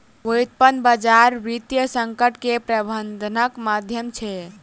व्युत्पन्न बजार वित्तीय संकट के प्रबंधनक माध्यम छै